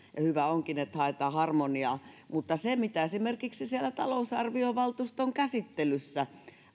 ja hyvä onkin että haetaan harmoniaa mutta mitä esimerkiksi talousarviovaltuuston käsittelyssä